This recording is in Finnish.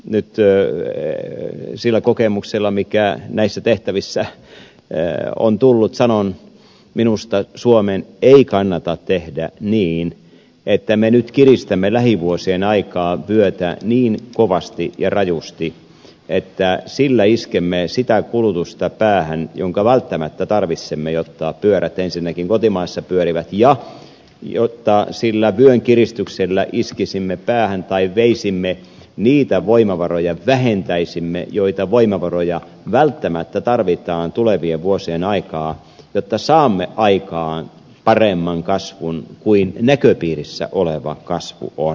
nyt sillä kokemuksella mikä näissä tehtävissä on tullut sanon että minusta suomen ei kannata tehdä niin että me nyt kiristämme lähivuosien aikaan vyötä niin kovasti ja rajusti että sillä iskemme sitä kulutusta päähän jonka välttämättä tarvitsemme jotta pyörät ensinnäkin kotimaassa pyörivät ja jotta sillä vyönkiristyksellä iskisimme päähän tai veisimme vähentäisimme niitä voimavaroja joita välttämättä tarvitaan tulevien vuosien aikaan jotta saamme aikaan paremman kasvun kuin näköpiirissä oleva kasvu on